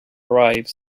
arrive